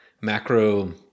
macro